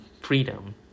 freedom